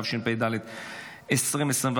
התשפ"ד 2024,